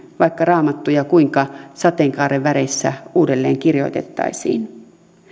vaikka raamattuja kuinka sateenkaaren väreissä uudelleen kirjoitettaisiin